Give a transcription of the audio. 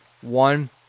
one